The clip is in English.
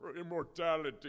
immortality